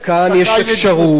אבל כאן יש אפשרות.